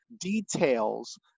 details